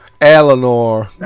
Eleanor